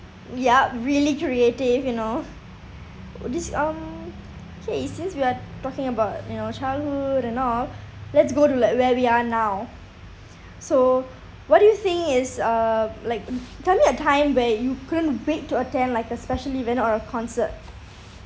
yup really creative you know oh this um okay since we are talking about you know childhood and all let's go to like where we are now so what do you think is uh like tell me a time where you couldn't wait to attend like a special event or a concert